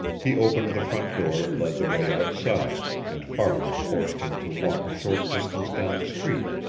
he opened the front door and led the way outside, and farland forced him to walk a short distance down the street,